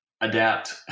adapt